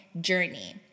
journey